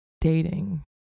dating